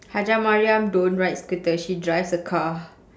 hajjah mariam don't ride scooter she drives a car